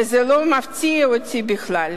וזה לא מפתיע אותי בכלל.